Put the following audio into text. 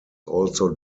also